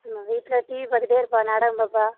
சும்மா வீட்டில் டிவி பார்த்துட்டே இருப்பாள் நாடகம் பார்ப்பா